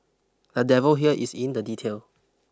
the devil here is in the detail